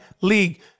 league